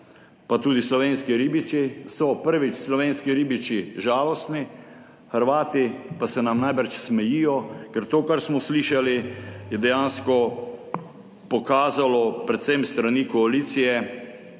pa tudi slovenski ribiči, so, prvič, slovenski ribiči žalostni, Hrvati pa se nam najbrž smejijo, ker to, kar smo slišali, je dejansko pokazalo, predvsem s strani koalicije,